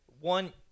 one